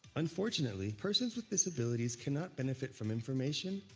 unfortunately, persons with disabilities cannot benefit from information,